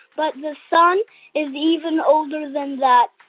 but the sun is even older than that.